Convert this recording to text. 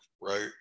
right